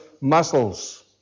muscles